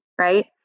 right